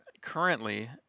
currently